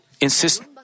insist